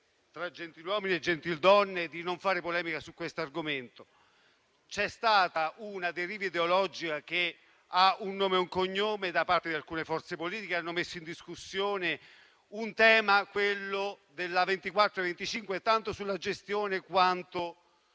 tra gentiluomini e gentildonne di non fare polemica su questo argomento. C'è stata una deriva ideologica, che ha un nome e un cognome, da parte di alcune forze politiche che hanno messo in discussione un tema, quello dell'A24 e dell'A25, tanto sulla gestione, quanto